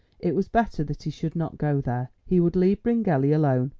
it was better that he should not go there. he would leave bryngelly alone.